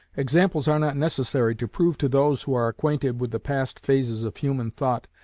examples are not necessary to prove to those who are acquainted with the past phases of human thought,